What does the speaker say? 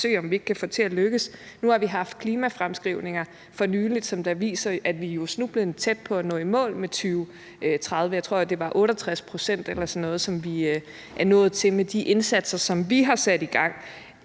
nylig fået klimafremskrivninger, som viser, at vi er snublende tæt på at nå i mål med 2030-målet. Jeg tror, at det er omkring 68 pct., som vi er nået op på med de indsatser, som vi har sat i gang.